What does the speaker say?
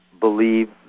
believe